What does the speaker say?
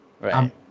right